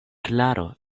klaro